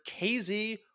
KZ